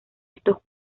estos